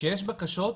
כשיש בקשות,